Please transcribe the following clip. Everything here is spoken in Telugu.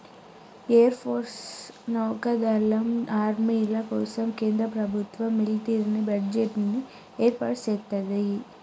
ఎయిర్ ఫోర్సు, నౌకా దళం, ఆర్మీల కోసం కేంద్ర ప్రభుత్వం మిలిటరీ బడ్జెట్ ని ఏర్పాటు సేత్తది